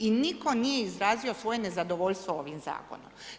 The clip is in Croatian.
I nitko nije izrazio svoj nezadovoljstvo ovim zakonom.